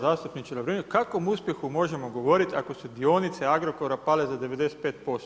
Zastupniče Lovrinović, kakvom uspjehu možemo govoriti ako su dionice Agrokora pale za 95%